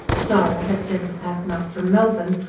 sara had sent the pattern up from melbourne,